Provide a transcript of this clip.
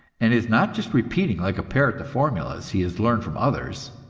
and is not just repeating like a parrot the formulas he has learned from others,